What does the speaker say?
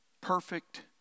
perfect